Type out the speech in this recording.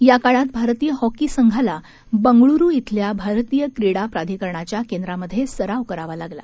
या काळात भारतीय हॉकी संघाला बंगळुरू श्रिल्या भारतीय क्रीडा प्राधिकरणाच्या केंद्रामध्ये सराव करावा लागला